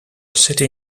city